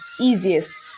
easiest